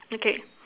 okay